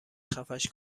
خفش